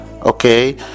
okay